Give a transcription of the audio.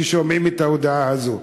כששומעים את ההודעה הזו.